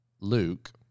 Luke